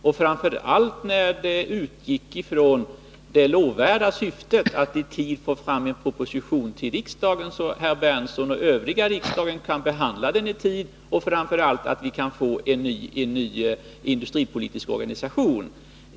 Jag säger detta särskilt med tanke på att vii detta fall utgick från det lovvärda syftet att så snabbt som möjligt få fram en proposition, så att herr Berndtson och övriga i riksdagen skall kunna behandla propositionen i tid, och framför allt för att vi skall få en ny industripolitisk organisation. Herr Berndtson!